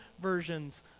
versions